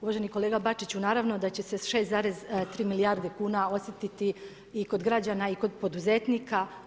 Uvaženi kolega Bačiću, naravno da će se 6,3 milijarde kuna osjetiti i kod građana i kod poduzetnika.